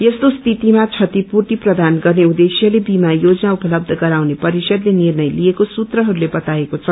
यस्तो स्थितिमा क्षतिपूर्ती प्रदान गर्ने उद्देश्यले विमा योजना उपलब्ध गराउने परिषदले निर्णय लिइएको सूत्रहरूले कताएको छ